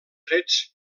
trets